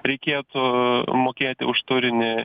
reikėtų mokėti už turinį